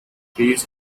these